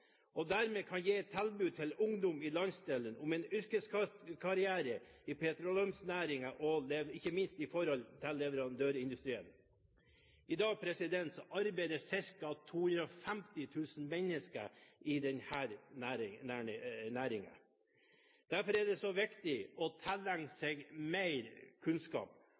og dermed kunne gi et tilbud til ungdom i landsdelen om en yrkeskarriere i petroleumsnæringen og, ikke minst, i leverandørindustrien. I dag arbeider ca. 250 000 mennesker i denne næringen. Derfor er det så viktig å tilegne seg mer kunnskap.